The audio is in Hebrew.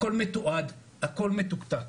הכל מתועד, הכל מתוקתק.